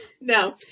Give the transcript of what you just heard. No